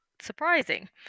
surprising